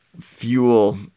fuel